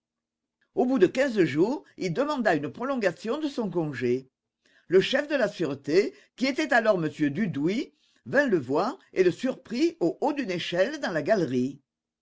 au bout de quinze jours il demanda une prolongation de son congé le chef de la sûreté qui était alors m dudouis vint le voir et le surprit au haut d'une échelle dans la galerie